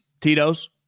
Tito's